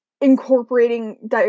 incorporating